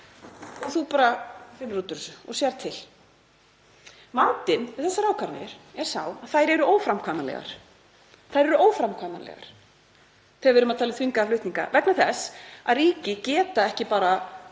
og þú bara finnur út úr þessu og sérð til. Vandinn við þessar ákvarðanir er sá að þær eru óframkvæmanlegar. Þær eru óframkvæmanlegar þegar við erum að tala um þvingaða flutninga vegna þess að ríki geta ekki bara